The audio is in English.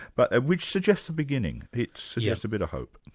but and which suggests a beginning, it suggests a bit of hope.